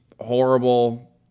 horrible